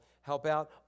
help-out